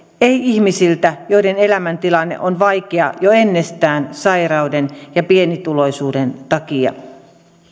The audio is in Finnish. ei ihmisten joiden elämäntilanne on vaikea jo ennestään sairauden ja pienituloisuuden takia